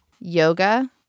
yoga